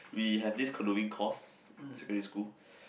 we have this canoeing course secondary school